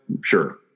Sure